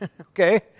okay